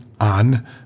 on